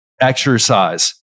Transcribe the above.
exercise